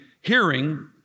hearing